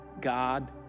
God